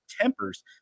tempers